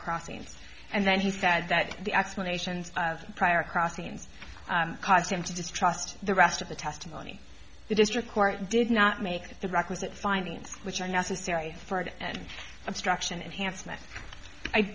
crossings and then he said that the explanations prior crossings caused him to distrust the rest of the testimony the district court did not make the requisite findings which are necessary for it and obstruction enhancement i